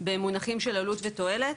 במונחים של עלות ותועלת.